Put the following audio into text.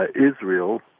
Israel